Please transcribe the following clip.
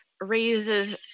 raises